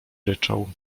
ryczał